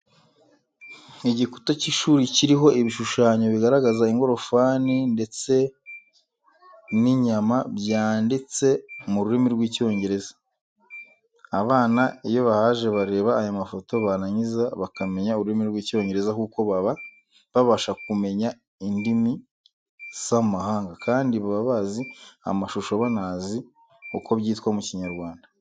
Igikuta cy'ishuri kiriho ibishushanyo bigaragaza ingorofani ndetse n'inyama byanditse mu rurimi rw'icyongereza, abana iyo bahaje bareba aya mafoto barangiza bakamenya ururimi rw'Icyongereza kuko baba babasha kumenya indimi z'amahanga, kandi baba bazi amashusho banazi uko byitwa mu Kinyarwanda.